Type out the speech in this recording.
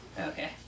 Okay